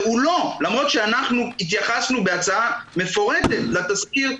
למרות שאנחנו התייחסנו בהצעה מפורטת לתזכיר,